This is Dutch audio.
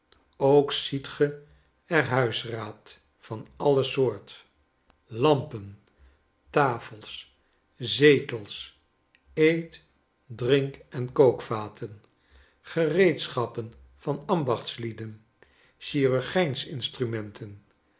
ook ziet ge er huisraad van alle soort lampen tafels zetels eet drink en kookvaten gereedschappen van ambachtslieden chirurgijns instrumenten